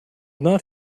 not